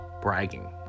bragging